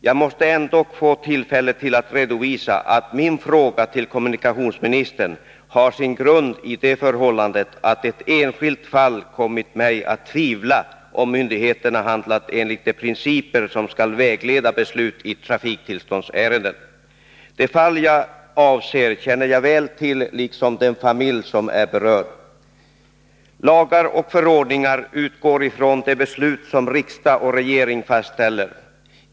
Jag måste ändock få tillfälle att redovisa att min fråga till kommunikationsministern har sin grund i det förhållandet att ett enskilt fall kommit mig att tvivla på om myndigheterna handlat enligt de principer som skall vägleda beslut i trafiktillståndsärenden. Det fall som jag avser känner jag väl till, liksom den familj som är berörd. Lagar och förordningar utgår från de beslut som riksdag och regering fastställer.